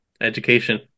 Education